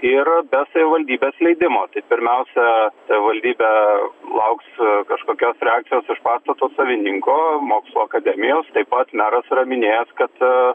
ir be savivaldybės leidimo tai pirmiausia savivaldybė lauks kažkokios reakcijos iš pastato savininko mokslų akademijos taip pat meras yra minėjęs kad